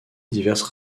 diverses